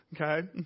Okay